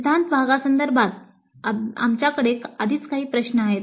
सिद्धांत भागासंदर्भात आमच्याकडे आधीच काही प्रश्न आहेत